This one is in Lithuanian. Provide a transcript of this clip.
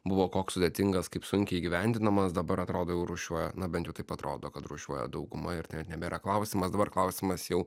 buvo koks sudėtingas kaip sunkiai įgyvendinamas dabar atrodo jau rūšiuoja na bent jau taip atrodo kad rūšiuoja dauguma ir ten nebėra klausimas dabar klausimas jau